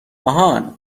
آهان